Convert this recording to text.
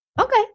Okay